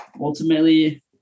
Ultimately